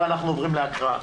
נעבור להקראה.